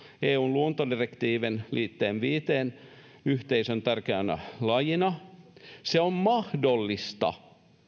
eun luontodirektiivin liitteeseen viiden yhteisön tärkeänä lajina on mahdollista